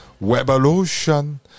Revolution